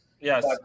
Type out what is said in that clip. yes